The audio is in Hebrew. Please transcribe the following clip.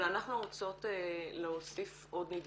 אבל אנחנו רוצות להוסיף עוד נדבך.